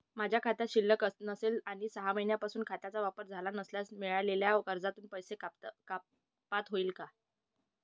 माझ्या खात्यात शिल्लक नसेल आणि सहा महिन्यांपासून खात्याचा वापर झाला नसल्यास मिळालेल्या कर्जातून पैसे कपात होतील का?